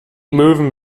möwen